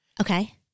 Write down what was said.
Okay